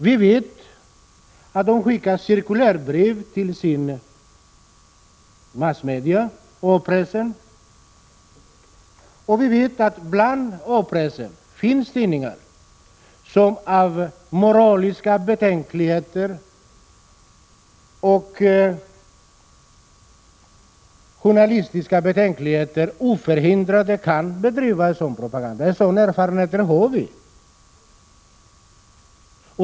Vi vet att partiet skickar cirkulärbrev till A-pressen, och vi vet att det hos A-pressen finns tidningar som utan vare sig moraliska eller journalistiska betänkligheter oförhindrat kan bedriva en sådan propaganda. Sådan erfarenheter har vi.